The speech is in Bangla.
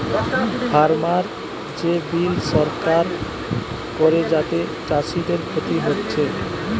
ফার্মার যে বিল সরকার করে যাতে চাষীদের ক্ষতি হচ্ছে